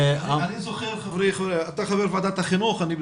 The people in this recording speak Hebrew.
אתה חבר ועדת החינוך.